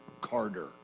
Carter